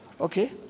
Okay